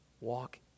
walk